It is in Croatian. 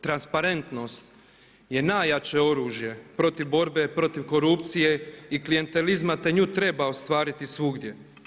Transparentnost je najjače oružje protiv borbe protiv korupcije i klijentelizma i nju treba ostvariti svugdje.